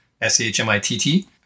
S-H-M-I-T-T